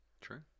True